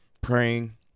praying